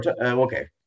Okay